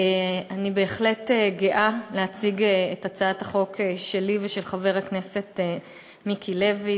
אני בהחלט גאה להציג את הצעת החוק שלי ושל חבר הכנסת מיקי לוי,